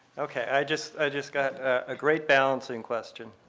okay. i just i just got a great balancing question.